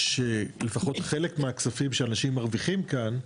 שלפחות חלק מהכספים שאנשים מרוויחים כאן,